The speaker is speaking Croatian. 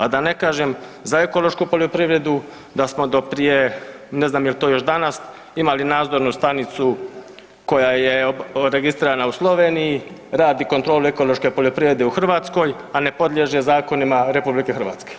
A da ne kažem za ekološku poljoprivredu da smo do prije ne znam jel to još danas imali nadzornu stanicu koja je registrirana u Sloveniji, radi kontrolu ekološke poljoprivrede u Hrvatskoj, a ne podliježe zakonima RH.